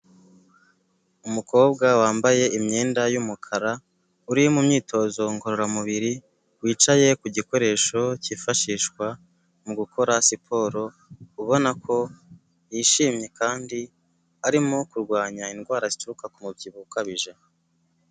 Umukobwa wambaye imyenda y'umukara uri mu myitozo ngororamubiri wicaye ku gikoresho cyifashishwa mu gukora siporo, ubona ko yishimye kandi arimo kurwanya indwara zituruka ku mubyibuho ukabije.